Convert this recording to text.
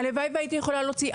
הלוואי שהייתי יכולה להוציא.